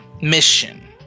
mission